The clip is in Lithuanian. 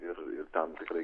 ir ten tikrai